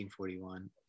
1941